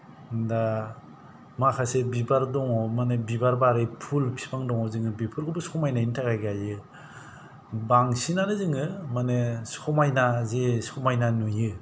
दा माखासे बिबार दङ माने बिबार बारै फुल बिफां दङ बेफोरखौबो समायनायनि थाखाय गायो बांसिनानो जोङो माने समायना जे समायना नुयो